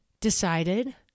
decided